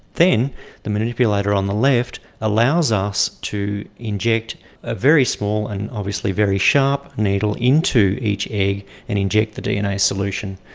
then the manipulator on the left allows us to inject a very small and obviously very sharp needle into each egg and inject the dna solution.